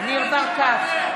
בושה.